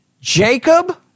Jacob